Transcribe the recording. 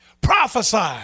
prophesy